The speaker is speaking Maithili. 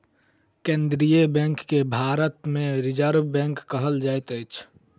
केन्द्रीय बैंक के भारत मे रिजर्व बैंक कहल जाइत अछि